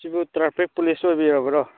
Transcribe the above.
ꯁꯤꯕꯨ traffic police ꯑꯣꯏꯕꯤꯔꯕ꯭ꯔꯣ